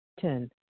Ten